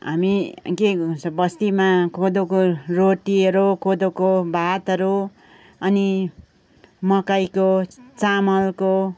हामी के गर्छ बस्तीमा कोदोको रोटीहरू कोदोको भातहरू अनि मकैको चामलको